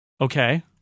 Okay